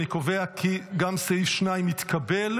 אני קובע כי גם סעיף 2 התקבל.